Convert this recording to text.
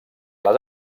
les